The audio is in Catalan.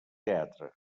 teatre